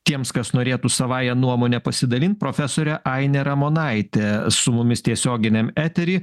tiems kas norėtų savąja nuomone pasidalint profesorė ainė ramonaitė su mumis tiesioginiam etery